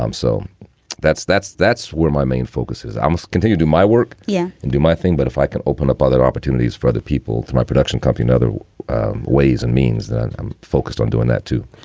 um so that's that's that's where my main focus is. i must continue to my work yeah and do my thing but if i can open up other opportunities for other people through my production company in other ways and means that i'm i'm focused on doing that, too,